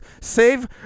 save